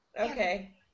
Okay